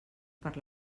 per